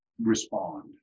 respond